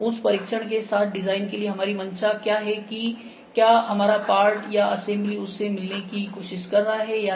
उस परीक्षण के साथ डिजाइन के लिए हमारी मंशा क्या है कि क्या हमारा पार्ट या असेंबली उससे मिलने की कोशिश कर रहा है या नहीं